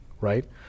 right